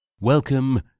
Welcome